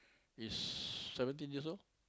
is seventeen years old